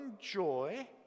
joy